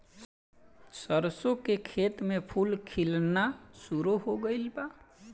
सरसों के खेत में फूल खिलना शुरू हो गइल बा